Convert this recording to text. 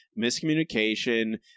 miscommunication